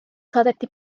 saadeti